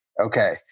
Okay